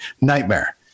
nightmare